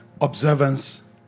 observance